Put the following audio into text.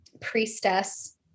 priestess